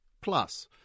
plus